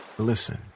Listen